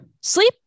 sleep